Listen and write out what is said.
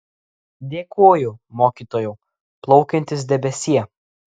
dėkoju mokytojau plaukiantis debesie